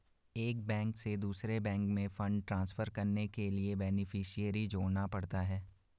एक बैंक से दूसरे बैंक में फण्ड ट्रांसफर करने के लिए बेनेफिसियरी जोड़ना पड़ता है